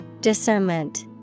Discernment